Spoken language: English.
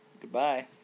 Goodbye